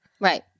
Right